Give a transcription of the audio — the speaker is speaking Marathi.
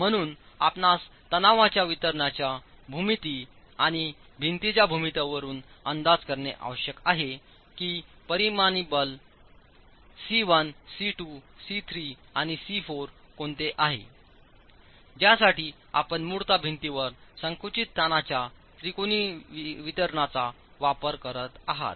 म्हणून आपणास तणावाच्यावितरणाच्या भूमिती आणि भिंतीच्याभूमितीवरून अंदाज करणे आवश्यक आहे कीपरिणामी बल सी 1 सी 2 सी 3आणि सी 4 कोणते आहेत ज्यासाठी आपण मुळात भिंतीवर संकुचित ताणच्या त्रिकोणी वितरणाचा वापर करत आहात